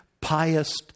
pious